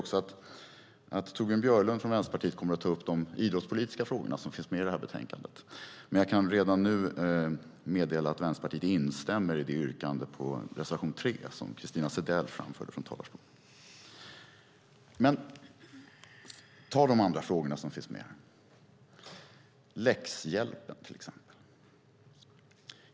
Torbjörn Björlund från Vänsterpartiet kommer att ta upp de idrottspolitiska frågor som finns med i betänkandet. Jag kan redan nu meddela att Vänsterpartiet instämmer i det yrkande på reservation 3 som Christina Zedell framförde från talarstolen. Men vi kan ta de andra frågorna som finns med här, till exempel läxhjälpen.